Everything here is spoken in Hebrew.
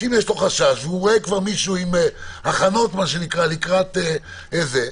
שאם יש לו חשש והוא רואה מישהו עם הכנות לקראת דבר כזה,